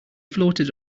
floated